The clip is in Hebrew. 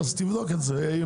תבדוק את זה.